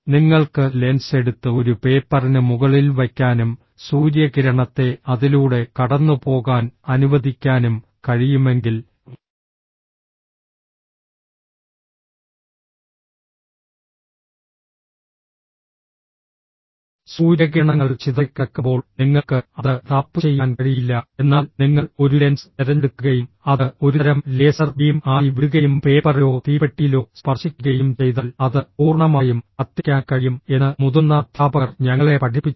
നിങ്ങൾക്ക് ലെൻസ് എടുത്ത് ഒരു പേപ്പറിന് മുകളിൽ വയ്ക്കാനും സൂര്യകിരണത്തെ അതിലൂടെ കടന്നുപോകാൻ അനുവദിക്കാനും കഴിയുമെങ്കിൽ സൂര്യകിരണങ്ങൾ ചിതറിക്കിടക്കുമ്പോൾ നിങ്ങൾക്ക് അത് ടാപ്പുചെയ്യാൻ കഴിയില്ല എന്നാൽ നിങ്ങൾ ഒരു ലെൻസ് തിരഞ്ഞെടുക്കുകയും അത് ഒരുതരം ലേസർ ബീം ആയി വിടുകയും പേപ്പറിലോ തീപ്പെട്ടിയിലോ സ്പർശിക്കുകയും ചെയ്താൽ അത് പൂർണ്ണമായും കത്തിക്കാൻ കഴിയും എന്ന് മുതിർന്ന അധ്യാപകർ ഞങ്ങളെ പഠിപ്പിച്ചു